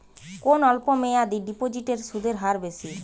কোন অল্প মেয়াদি ডিপোজিটের সুদের হার বেশি?